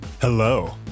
Hello